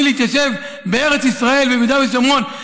להתיישב בארץ ישראל וביהודה ושומרון,